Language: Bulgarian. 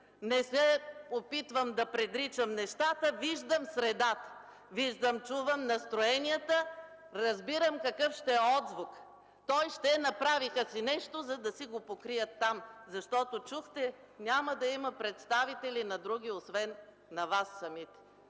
Не се опитвам да предричам нещата, виждам средата, виждам, чувам настроенията и разбирам какъв ще е отзвукът. Той ще е: „Направиха си нещо, за да си го покрият там”. Чухте – няма да има представители на други освен на Вас самите.